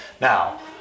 Now